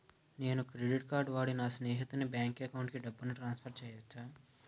నేను credit card వాడి నా స్నేహితుని బ్యాంక్ అకౌంట్ కి డబ్బును ట్రాన్సఫర్ చేయచ్చా?